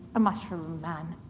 a mushroom man.